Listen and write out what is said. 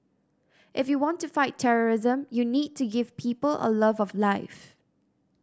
if you want to fight terrorism you need to give people a love of life